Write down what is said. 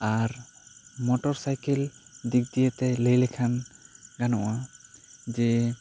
ᱟᱨ motorcycle ᱫᱤᱠ ᱫᱤᱭᱮᱛᱮ ᱞᱟᱹᱭ ᱞᱮᱠᱷᱟᱱ ᱜᱟᱱᱚᱜᱼᱟ ᱡᱮ